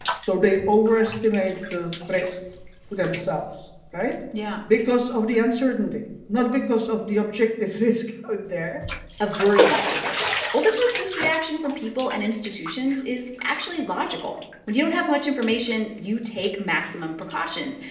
so they overestimate the risk to themselves, right? yeah because of the uncertainty, not because of the objective risk out there aversion behavior olga says this reaction from people and institutions is actually logical. when you don't have much information, you take maximum precautions.